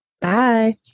Bye